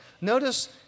Notice